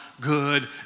good